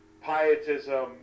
pietism